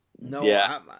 No